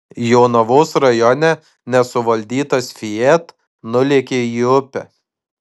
jonavos rajone nesuvaldytas fiat nulėkė į upę